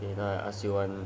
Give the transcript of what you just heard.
you know asian